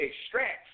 extract